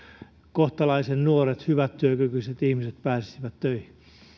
kohtalaisen nuoret hyvätyökykyiset ihmiset pääsisivät töihin